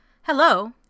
Hello